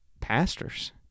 pastors